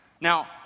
Now